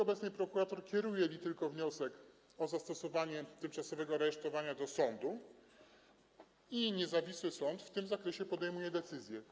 Obecnie prokurator kieruje tylko wniosek o zastosowanie tymczasowego aresztowania do sądu i niezawisły sąd w tym zakresie podejmuje decyzję.